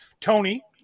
Tony